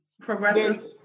progressive